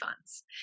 Funds